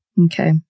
Okay